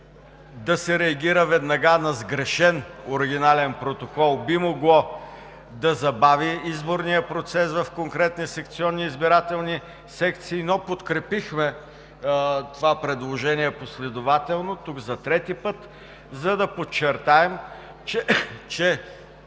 да се реагира веднага на сгрешен оригинален протокол би могло да забави изборния процес в конкретни секционни избирателни секции, но подкрепихме това предложение последователно – тук за трети път, за да подчертаем, че